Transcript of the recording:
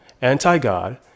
anti-God